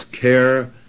care